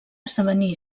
esdevenir